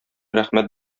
рәхмәт